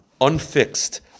unfixed